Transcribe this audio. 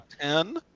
ten